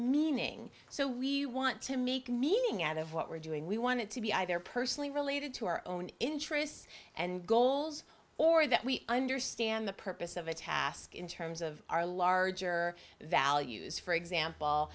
meaning so we want to make meaning out of what we're doing we wanted to be either personally related to our own interests and goals or that we understand the purpose of a task in terms of our larger values for example